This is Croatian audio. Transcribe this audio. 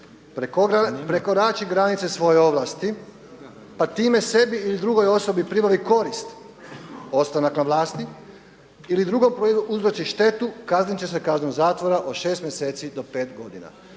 prekorači granice svoje ovlasti pa time sebi ili drugoj osobi pribavi korist ostanak na vlasti ili drugu prouzroči štetu kaznit će se kaznom zatvora od šest mjeseci do pet godina“.